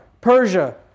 Persia